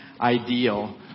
Ideal